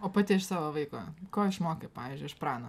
o pati iš savo vaiko ko išmokai pavyzdžiui iš prano